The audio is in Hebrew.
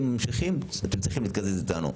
ואם ממשיכים אתם צריכים להתקזז איתנו,